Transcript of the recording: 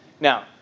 Now